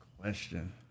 Question